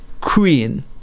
queen